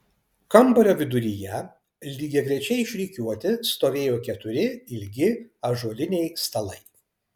kambario viduryje lygiagrečiai išrikiuoti stovėjo keturi ilgi ąžuoliniai stalai